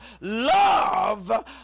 love